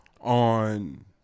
on